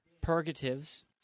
Purgatives